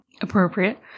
Appropriate